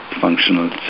functional